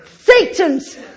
Satan's